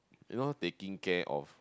you not taking care of